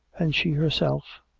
and she herself,